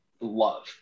love